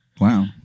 Wow